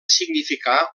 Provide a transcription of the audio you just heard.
significà